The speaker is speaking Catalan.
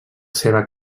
seva